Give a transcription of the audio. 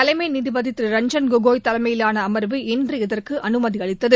தலைமை நீதிபதி திரு ரஞ்ஜன் கோகோய் தலைமையிவான அம்வு இன்று இதற்கு அனுமதி அளித்தது